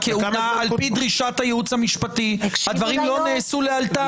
על פי דרישת הייעוץ המשפטי, הדברים לא נעשו לאלתר.